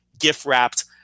gift-wrapped